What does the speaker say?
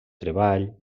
treball